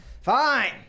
Fine